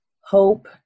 hope